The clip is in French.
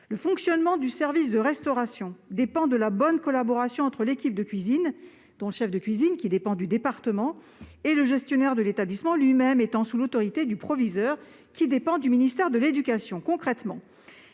Le fonctionnement du service de restauration dépend de la bonne collaboration entre l'équipe de cuisine, dont le chef de cuisine, qui dépend du département ou de la région, et le gestionnaire de l'établissement lui-même, qui se trouve sous l'autorité du proviseur, lequel dépend du ministère de l'éducation